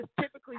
typically